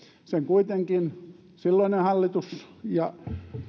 sen kuitenkin silloinen hallitus ja